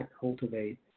cultivate